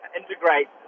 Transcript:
integrate